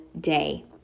day